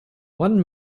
one